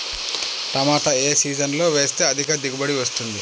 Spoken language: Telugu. టమాటా ఏ సీజన్లో వేస్తే అధిక దిగుబడి వస్తుంది?